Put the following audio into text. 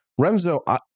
Remzo